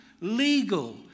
legal